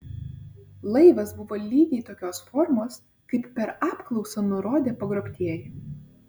laivas buvo lygiai tokios formos kaip per apklausą nurodė pagrobtieji